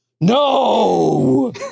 No